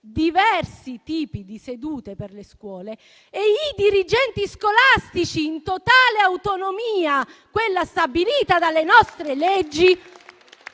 diversi tipi di sedute per le scuole e i dirigenti scolastici, in totale autonomia, quella stabilita dalle nostre leggi,